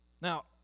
Now